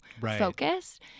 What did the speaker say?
focused